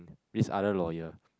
is other lawyer